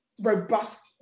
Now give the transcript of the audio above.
Robust